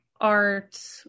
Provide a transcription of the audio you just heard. art